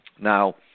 Now